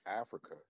Africa